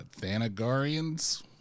Thanagarians